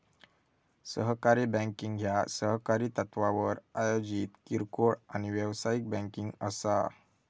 सहकारी बँकिंग ह्या सहकारी तत्त्वावर आयोजित किरकोळ आणि व्यावसायिक बँकिंग असा